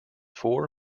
four